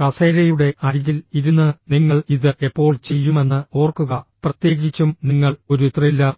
കസേരയുടെ അരികിൽ ഇരുന്ന് നിങ്ങൾ ഇത് എപ്പോൾ ചെയ്യുമെന്ന് ഓർക്കുക പ്രത്യേകിച്ചും നിങ്ങൾ ഒരു ത്രില്ലർ